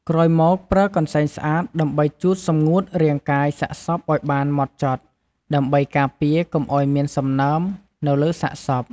ក្រោយមកប្រើកន្សែងស្អាតដើម្បីជូតសម្ងួតរាងកាយសាកសពឱ្យបានហ្មត់ចត់ ដើម្បីការពារកុំឱ្យមានសំណើមនៅលើសាកសព។